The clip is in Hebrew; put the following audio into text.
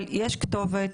יש כתובת,